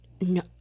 no